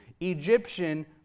Egyptian